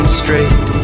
straight